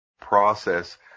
process